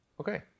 Okay